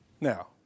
Now